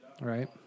right